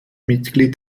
mitglied